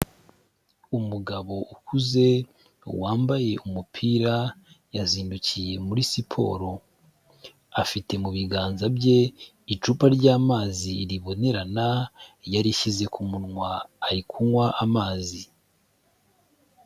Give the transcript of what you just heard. Umugabo ukuze wambaye umupira ,yazindukiye muri siporo. Afite mu biganza bye icupa ry'amazi ribonerana, yarishyize ku munwa ari kunywa amazi.